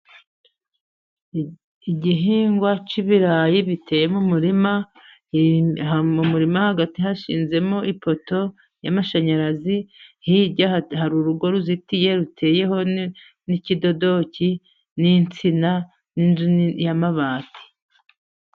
Igihingwa cy'ibirayi biteye mu murima, mu murima hagati hashinzemo ipoto y'amashanyarazi, hirya hari urugo ruzitiye, ruteyeho n'ikidodoki, n'insina, n'inzu y'amabati.